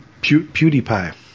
PewDiePie